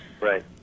Right